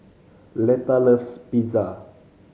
Leta loves Pizza